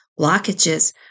blockages